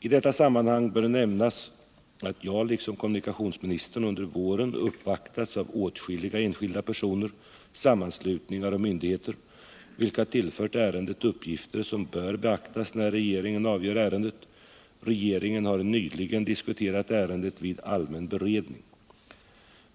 I detta sammanhang bör även nämnas att jag liksom kommunikationsministern under våren uppvaktats av åtskilliga enskilda personer, sammanslutningar och myndigheter, vilka tillfört ärendet uppgifter som bör beaktas när regeringen avgör ärendet. Regeringen har nyligen diskuterat ärendet vid allmän beredning.